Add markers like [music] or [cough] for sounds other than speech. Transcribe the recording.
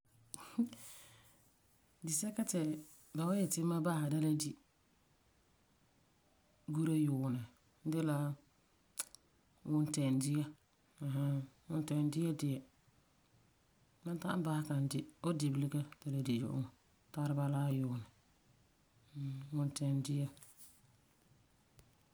[laughs] disɛka ti ba wan yeti mam basɛ da le di gura yuunɛ [unintelligible] wuntɛɛndia ɛɛn hɛɛn. Wuntɛɛndia diɛ ma ta'am basɛ kan di. N wan di bulika ta le di yu'uŋɔ tara bala gura yuunɛ. Hmmm, wuntɛɛndia.